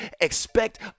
Expect